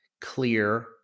clear